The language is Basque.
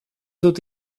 dut